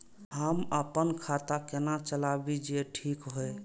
हम अपन खाता केना चलाबी जे ठीक होय?